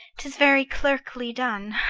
tis very clerkly done.